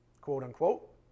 quote-unquote